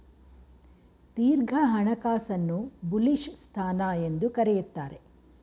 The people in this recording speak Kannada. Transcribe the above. ದೀರ್ಘ ಹಣಕಾಸನ್ನು ಬುಲಿಶ್ ಸ್ಥಾನ ಎಂದು ಕರೆಯುತ್ತಾರೆ